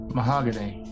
Mahogany